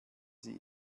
sie